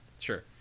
Sure